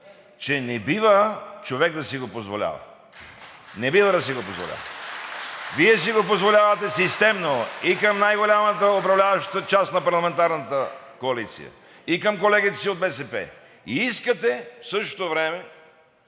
от „Продължаваме Промяната“.) Не бива да си го позволява! Вие си го позволявате системно и към най-голямата управляваща част на парламентарната коалиция, и към колегите си от БСП, и искате в същото време